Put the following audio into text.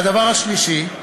והדבר השלישי,